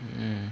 mm